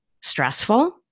stressful